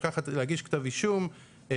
להגיש כתב אישום,